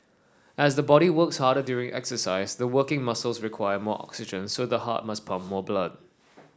as the body works harder during exercise the working muscles require more oxygen so the heart must pump more blood